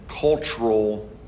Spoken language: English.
cultural